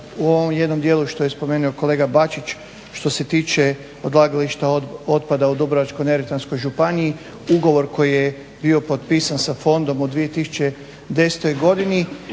u ovom jednom dijelu što je spomenuo kolega Bačić što se tiče odlagališta otpada u Dubrovačko-neretvanskoj županiji ugovor koji je bio potpisan sa fondom u 2010.godini